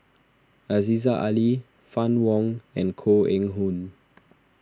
Aziza Ali Fann Wong and Koh Eng Hoon